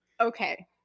okay